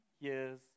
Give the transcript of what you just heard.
years